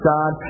God